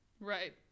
right